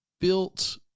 built